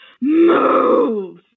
Move